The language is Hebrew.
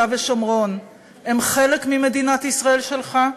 ושומרון הם חלק ממדינת ישראל שלך?